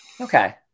Okay